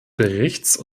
berichts